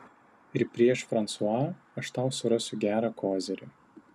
ir prieš fransua aš tau surasiu gerą kozirį